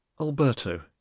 alberto